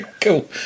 cool